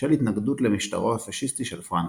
בשל התנגדות למשטרו הפשיסטי של פרנקו.